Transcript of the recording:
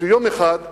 שיום אחד איחרה,